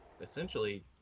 essentially